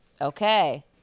okay